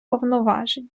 повноважень